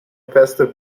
faster